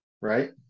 right